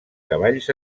cavalls